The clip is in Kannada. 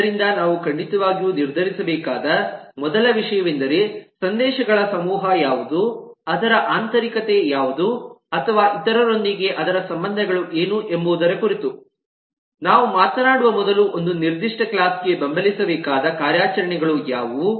ಆದ್ದರಿಂದ ನಾವು ಖಂಡಿತವಾಗಿಯೂ ನಿರ್ಧರಿಸಬೇಕಾದ ಮೊದಲ ವಿಷಯವೆಂದರೆ ಸಂದೇಶಗಳ ಸಮೂಹ ಯಾವುದು ಅದರ ಆಂತರಿಕತೆ ಯಾವುದು ಅಥವಾ ಇತರರೊಂದಿಗೆ ಅದರ ಸಂಬಂಧಗಳು ಏನು ಎಂಬುದರ ಕುರಿತು ನಾವು ಮಾತನಾಡುವ ಮೊದಲು ಒಂದು ನಿರ್ದಿಷ್ಟ ಕ್ಲಾಸ್ ಗೆ ಬೆಂಬಲಿಸಬೇಕಾದ ಕಾರ್ಯಾಚರಣೆಗಳು ಯಾವುವು